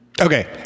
Okay